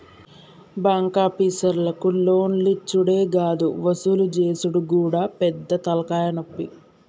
బాంకాపీసర్లకు లోన్లిచ్చుడే గాదు వసూలు జేసుడు గూడా పెద్ద తల్కాయనొప్పి